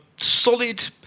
solid